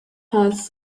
has